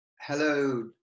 Hello